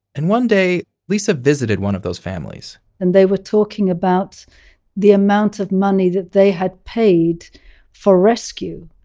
and one day lisa visited one of those families and they were talking about the amount of money that they had paid for rescue.